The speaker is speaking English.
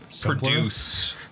produce